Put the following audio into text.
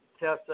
Tessa